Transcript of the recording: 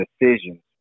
decisions